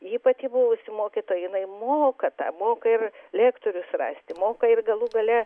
ji pati buvusi mokytoja jinai moka tą moka ir lektorius rasti moka ir galų gale